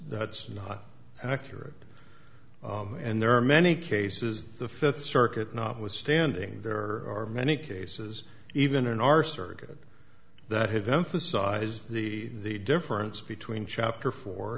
that's not accurate and there are many cases the fifth circuit notwithstanding there are many cases even in our circuit that have emphasized the difference between chapter four